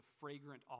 fragrant